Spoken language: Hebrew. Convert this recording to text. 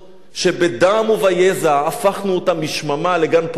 שבדם וביזע הפכנו אותה משממה לגן פורח,